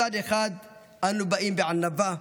מצד אחד אנו באים בענווה,